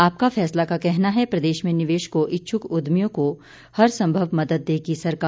आपका फैसला का कहना है प्रदेश में निवेश को इच्छुक उद्यमियों को हरसंभव मदद देगी सरकार